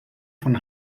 von